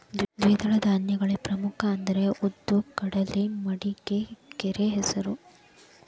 ದ್ವಿದಳ ಧಾನ್ಯಗಳಲ್ಲಿ ಪ್ರಮುಖ ಅಂದ್ರ ಉದ್ದು, ಕಡಲೆ, ಮಡಿಕೆ, ಕರೆಹೆಸರು